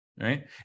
right